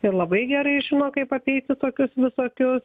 ir labai gerai žino kaip apeiti tokius visokius